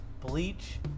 Bleach